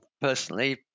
personally